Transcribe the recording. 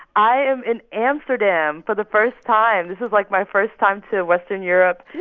i am in amsterdam for the first time. this is, like, my first time to western europe.